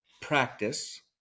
practice